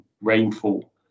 rainfall